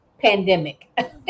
pandemic